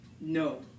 No